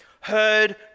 heard